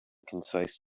concise